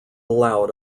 allowed